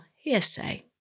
hearsay